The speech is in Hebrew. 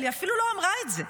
אבל היא אפילו לא אמרה את זה,